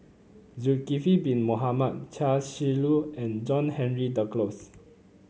Zulkifli Bin Mohamed Chia Shi Lu and John Henry Duclos